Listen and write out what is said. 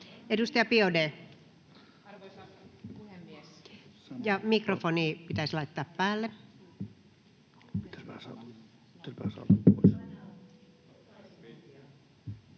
Content: Ja mikrofoni pitäisi laittaa päälle.